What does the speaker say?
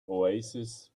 oasis